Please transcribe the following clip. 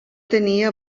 tenia